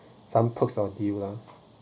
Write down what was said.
some perks or deal ah